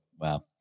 Wow